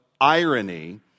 irony